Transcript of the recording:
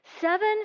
Seven